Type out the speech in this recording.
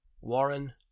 Warren